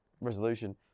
resolution